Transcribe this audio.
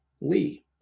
Lee